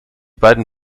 beiden